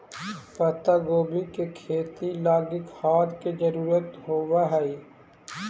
पत्तागोभी के खेती लागी खाद के जरूरत होब हई